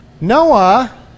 Noah